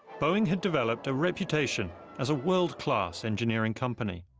boeing had developed a reputation as a world-class engineering company.